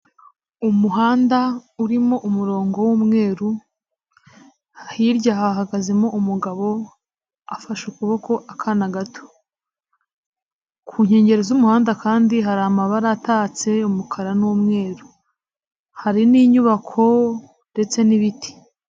Umuhanda urimo umurongo w'umweru, hirya hahagazemo umugabo afashe ukuboko akana gato. Ku nkengero z'umuhanda kandi hari amabara atatse umukara n'umweru hari n'inyubako ndetse n'ibiti.